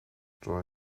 joy